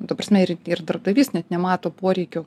ta prasme ir ir darbdavys net nemato poreikio